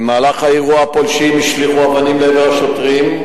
במהלך האירוע הפולשים השליכו אבנים לעבר השוטרים,